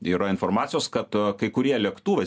yra informacijos kad kai kurie lėktuvai